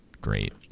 great